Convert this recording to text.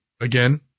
again